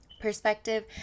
perspective